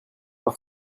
par